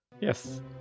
Yes